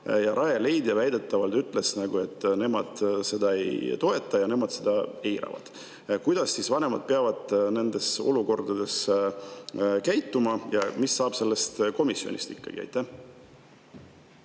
Rajaleidja väidetavalt ütles, et nemad seda ei toeta ja nemad seda eiravad. Kuidas vanemad peavad nendes olukordades käituma ja mis saab ikkagi sellest komisjonist?